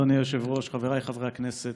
אדוני היושב-ראש, חבריי חברי הכנסת,